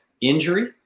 injury